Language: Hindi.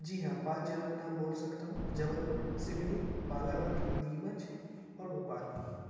जी हाँ पाँच जिलों के नाम बोल सकता हूँ जबलपुर सिवनी बालाघाट नीमच और भोपाल